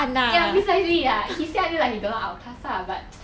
ya precisely ah he say until like he don't want our class ah but